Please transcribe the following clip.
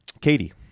Katie